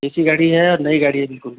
ए C गाड़ी है और नई गाड़ी है बिल्कुल ही